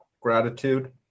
gratitude